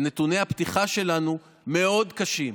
ונתוני הפתיחה שלנו מאוד קשים,